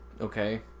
Okay